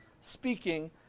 speaking